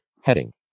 Heading